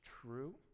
true